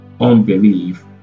unbelief